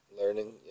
Learning